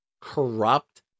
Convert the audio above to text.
corrupt